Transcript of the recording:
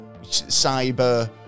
cyber